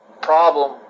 problem